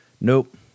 nope